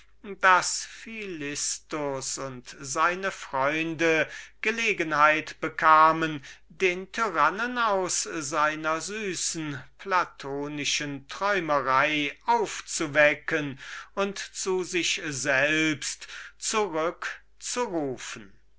daß philistus und seine freunde gelegenheit bekamen den tyrannen aus seinem angenehmen platonischen enthusiasmus zu sich selbst zurückzurufen